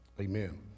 Amen